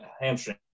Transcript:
hamstring